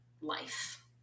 life